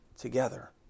together